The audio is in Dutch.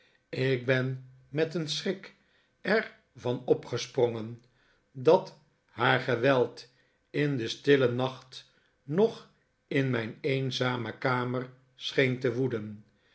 ik ben met een schrik er van opgesprongen dat haar geweld in den stillen nacht nog in mijn eenzame kamer scheen te woeden